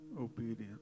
obedience